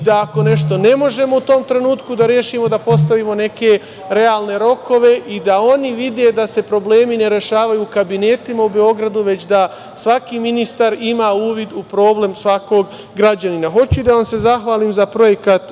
da ako nešto ne možemo u tom trenutku da rešimo, da postavimo neke realne rokove i da oni vide da se problemi ne rešavaju u kabinetima u Beogradu, već da svaki ministar ima uvid u problem svakog građanina. Hoću da vam se zahvalim za projekat